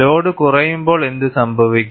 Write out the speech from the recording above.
load കുറയുമ്പോൾ എന്തുസംഭവിക്കും